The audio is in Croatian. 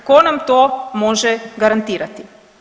Tko nam to može garantirati?